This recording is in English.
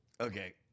Okay